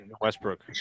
Westbrook